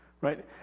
Right